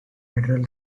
federal